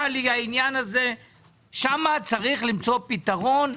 שם צריך למצוא פתרון.